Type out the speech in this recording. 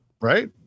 right